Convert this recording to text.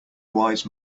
wise